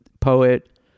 poet